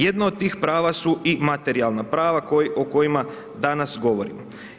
Jedno od tih prava su i materijalna prava o kojima danas govorimo.